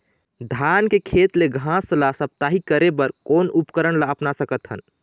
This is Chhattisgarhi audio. धान के खेत ले घास ला साप्ताहिक करे बर कोन उपकरण ला अपना सकथन?